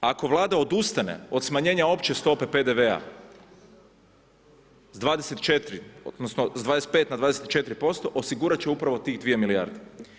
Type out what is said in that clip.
Ako Vlada odustane od smanjenja opće stope PDV-a sa 24 odnosno sa 25 na 24%, osigurat će upravo tih 2 milijarde.